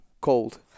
cold